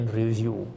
review